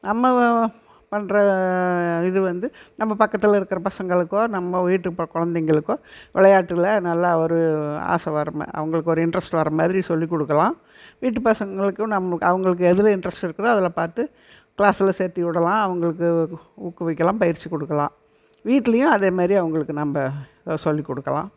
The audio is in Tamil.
நம்ம பண்ணுற இது வந்து நம்ம பக்கத்தில் இருக்கிற பசங்களுக்கோ நம்ம வீட்டு கொழந்தைங்களுக்கோ விளையாட்டுல நல்லா ஒரு ஆசை வர்றமாரி அவங்களுக்கு ஒரு இண்ட்ரெஸ்ட் வர மாதிரி சொல்லிக் கொடுக்கலாம் வீட்டு பசங்களுக்கும் நம்ம அவர்களுக்கு எதில் இன்ட்ரஸ்ட் இருக்குதோ அதில் பார்த்து க்ளாஸ்சில் சேர்த்தி விடலாம் அவர்களுக்கு ஊக்குவிக்கலாம் பயிற்சி கொடுக்கலாம் வீட்லேயும் அதேமாதிரி அவர்களுக்கு நம்ம ஏதோ சொல்லிக் கொடுக்கலாம்